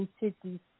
cities